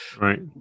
Right